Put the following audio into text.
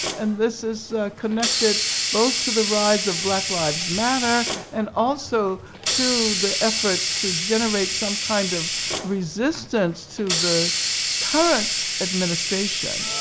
and this is connected both to the rise of black lives matter and also to the efforts to generate some kind of resistance to the current administration